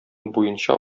буенча